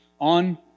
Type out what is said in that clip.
on